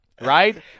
Right